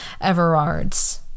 Everard's